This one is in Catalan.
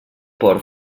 port